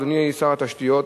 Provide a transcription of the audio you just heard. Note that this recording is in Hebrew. אדוני שר התשתיות,